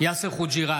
יאסר חוג'יראת,